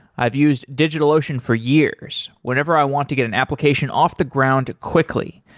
i've used digitalocean for years whenever i want to get an application off the ground quickly,